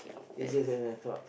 easier than I thought